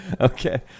Okay